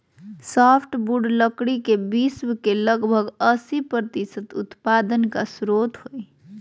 softwood लकड़ी के विश्व के लगभग अस्सी प्रतिसत उत्पादन का स्रोत हइ